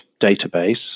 database